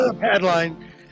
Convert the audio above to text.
headline